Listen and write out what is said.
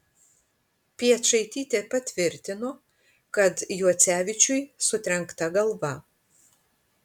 piečaitytė patvirtino kad juocevičiui sutrenkta galva